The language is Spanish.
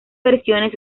versiones